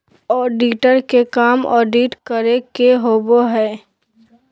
auditor के काम audit करे के होबो हइ